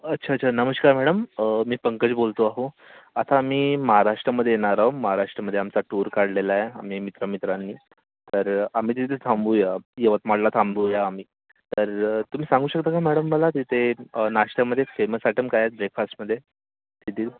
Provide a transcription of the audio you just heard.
अच्छा च्छा च्छा नमस्कार मॅडम मी पंकज बोलतो आहे आता आम्ही महाराष्ट्रामध्ये येणार आहे महाराष्ट्रामध्ये आमचा टूर काढलेला आहे आम्ही मित्रा मित्रांनी तर आम्ही तिथे थांबू या यवतमाळला थांबू या आम्ही तर तुम्ही सांगू शकाल का मॅडम मला तिथे नाष्ट्यामध्ये फेमस आयटम काय आहे ब्रेकफास्टमध्ये